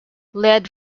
lead